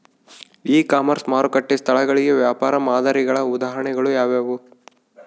E commerce ಮಾರುಕಟ್ಟೆ ಸ್ಥಳಗಳಿಗೆ ವ್ಯಾಪಾರ ಮಾದರಿಗಳ ಉದಾಹರಣೆಗಳು ಯಾವುವು?